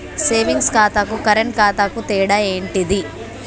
Saving ఖాతాకు current ఖాతాకు తేడా ఏంటిది?